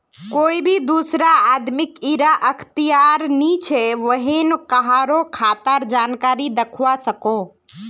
कोए भी दुसरा आदमीक इरा अख्तियार नी छे व्हेन कहारों खातार जानकारी दाखवा सकोह